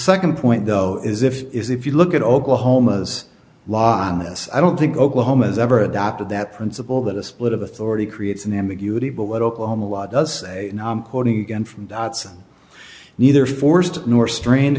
second point though is if is if you look at oklahoma's law on this i don't think oklahoma has ever adopted that principle that a split of authority creates an ambiguity but what oklahoma law does say quoting again from datsun neither forced nor strained